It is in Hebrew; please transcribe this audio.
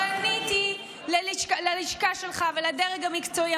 פניתי ללשכה שלך ולדרג המקצועי,